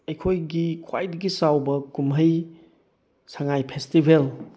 ꯑꯩꯈꯣꯏꯒꯤ ꯈ꯭ꯋꯥꯏꯗꯒꯤ ꯆꯥꯎꯕ ꯀꯨꯝꯍꯩ ꯁꯉꯥꯏ ꯐꯦꯁꯇꯤꯚꯦꯜ